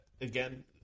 Again